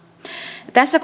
tässä